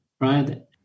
right